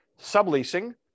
subleasing